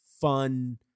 fun